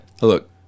Look